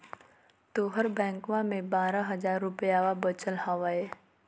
तोहर बैंकवा मे बारह हज़ार रूपयवा वचल हवब